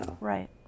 Right